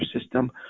system